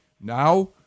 now